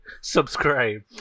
subscribe